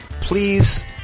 Please